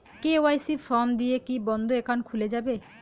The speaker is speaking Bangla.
কে.ওয়াই.সি ফর্ম দিয়ে কি বন্ধ একাউন্ট খুলে যাবে?